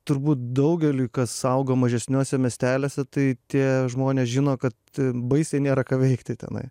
turbūt daugeliui kas augo mažesniuose miesteliuose tai tie žmonės žino kad baisiai nėra ką veikti tenai